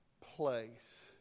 place